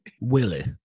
Willie